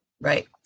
right